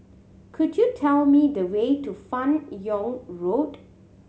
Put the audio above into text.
could you tell me the way to Fan Yoong Road